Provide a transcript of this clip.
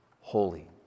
holy